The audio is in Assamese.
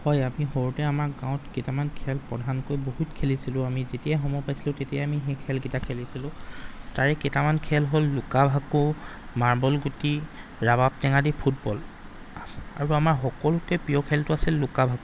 হয় আমি সৰুতে আমাক গাঁৱত কেইটামান খেল প্ৰধানকৈ বহুত খেলিছিলো আমি যেতিয়াই সময় পাইছিলো তেতিয়াই আমি সেই খেলকেইটা খেলিছিলো তাৰে কেইটামান খেল হ'ল লুকা ভাকু মাৰ্বল গুটি ৰাবাব টেঙা দি ফুটবল আৰু আমাৰ সকলোতকৈ প্ৰিয় খেলটো আছিল লুকা ভাকু